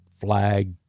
flag